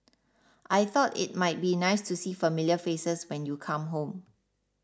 I thought it might be nice to see familiar faces when you come home